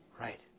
Right